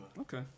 Okay